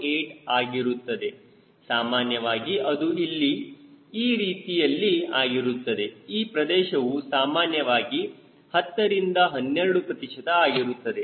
8 ಆಗಿರುತ್ತದೆ ಸಾಮಾನ್ಯವಾಗಿ ಅದು ಇಲ್ಲಿ ಈ ರೀತಿಯಲ್ಲಿ ಆಗಿರುತ್ತದೆ ಈ ಪ್ರದೇಶವು ಸಾಮಾನ್ಯವಾಗಿ 10 ರಿಂದ 12 ಪ್ರತಿಶತ ಆಗಿರುತ್ತದೆ